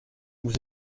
vous